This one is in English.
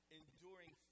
enduring